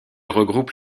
regroupe